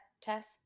test